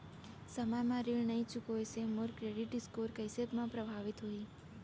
समय म ऋण नई चुकोय से मोर क्रेडिट स्कोर कइसे म प्रभावित होही?